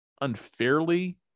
unfairly